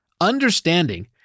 Understanding